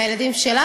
מהילדים שלך,